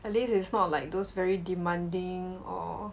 at least it's not like those very demanding or